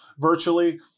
virtually